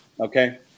Okay